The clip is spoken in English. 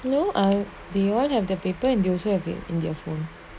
you I did you all have their paper and they also have it in your phone